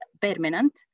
permanent